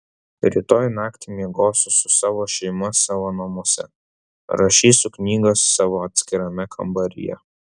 rytoj naktį miegosiu su savo šeima savo namuose rašysiu knygas savo atskirame kambaryje